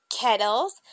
kettles